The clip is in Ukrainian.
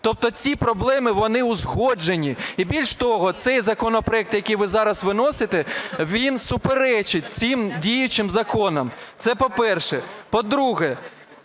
Тобто ці проблеми вони узгоджені. І більш того, цей законопроект, який ви зараз виносите, він суперечить цим діючим законам. Це, по-перше. По-друге,